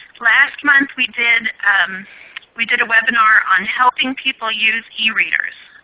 last month we did we did a webinar on helping people use ereaders.